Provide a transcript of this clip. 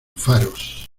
faros